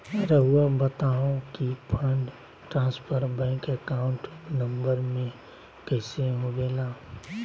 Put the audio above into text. रहुआ बताहो कि fund transfer bank account number में कैसे होबेला?